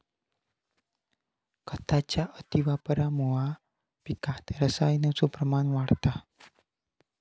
खताच्या अतिवापरामुळा पिकात रसायनाचो प्रमाण वाढता